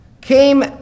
came